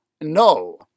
No